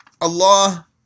Allah